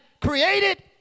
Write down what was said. created